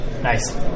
Nice